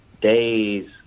days